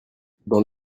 dans